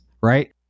right